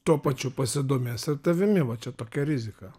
tuo pačiu pasidomės ir tavimi va čia tokia rizika